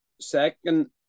second